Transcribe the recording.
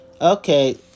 Okay